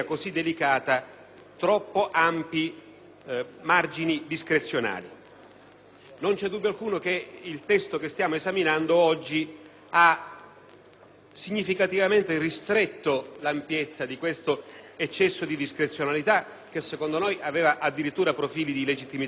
troppo ampi. Non vi è alcun dubbio che il testo che stiamo esaminando oggi abbia significativamente ristretto l'ampiezza di questo eccesso di discrezionalità, che secondo noi presentava addirittura profili di illegittimità costituzionale: